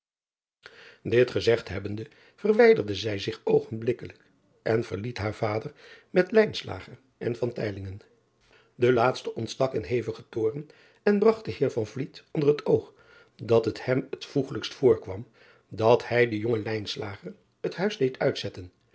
it gezegd hebbende verwijderde zij zich oogenblikkelijk en verliet haar vader met en e laatste ontstak in hevigen toorn en bragt den eer onder het oog dat het hem het voegelijkst voorkwam dat hij den jongen het huis deed uitzetten